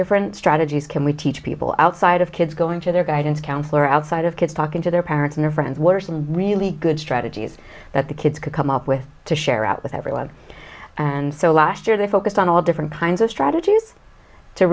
different strategies can we teach people outside of kids going to their guidance counselor outside of kids talking to their parents and friends were some really good strategies that the kids could come up with to share out with everyone and so last year they focus on all different kinds of strategies to